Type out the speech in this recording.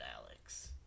Alex